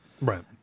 Right